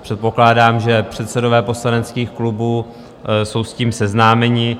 Předpokládám, že předsedové poslaneckých klubů jsou s tím seznámeni.